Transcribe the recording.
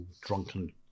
drunken